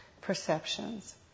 perceptions